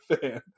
fan